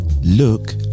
Look